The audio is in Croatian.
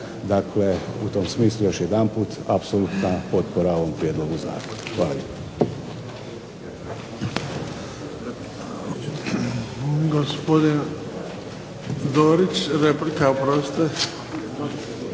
Dakle, u tom smislu još jedanput apsolutna potpora ovom prijedlogu zakona. Hvala